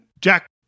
Jack